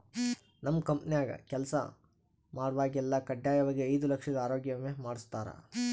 ನಮ್ ಕಂಪೆನ್ಯಾಗ ಕೆಲ್ಸ ಮಾಡ್ವಾಗೆಲ್ಲ ಖಡ್ಡಾಯಾಗಿ ಐದು ಲಕ್ಷುದ್ ಆರೋಗ್ಯ ವಿಮೆ ಮಾಡುಸ್ತಾರ